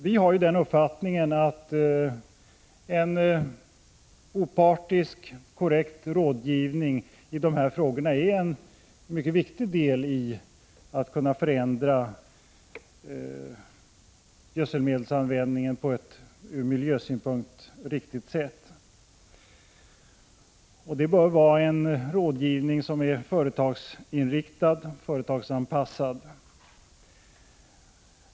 Vi har den uppfattningen att en opartisk, korrekt rådgivning i de här frågorna är en mycket viktig faktor när det gäller att förändra gödselmedelsanvändningen på ett ur miljösynpunkt riktigt sätt. Det bör vara en rådgivning som är företagsinriktad och företagsanpassad.